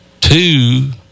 two